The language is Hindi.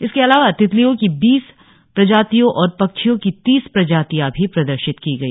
इसके अलावा तितलियों की बीस प्रजातियो और पक्षियों की तीस प्रजातियां भी प्रदर्शित की गई